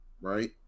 right